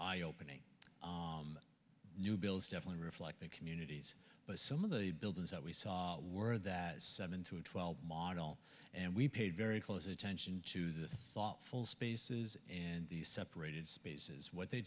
eyeopening new bills definitely reflect their communities but some of the buildings that we saw were that seven to twelve model and we paid very close attention to the thoughtful spaces and the separated spaces what they